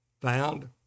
found